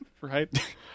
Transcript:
Right